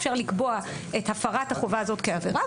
אפשר לקבוע את הפרת החובה הזו כעבירה,